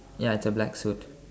ya it's a black suit